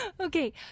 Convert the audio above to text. Okay